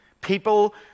people